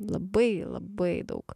labai labai daug